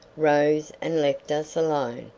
rose and left us alone,